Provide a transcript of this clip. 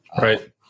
right